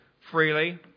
freely